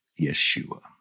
Yeshua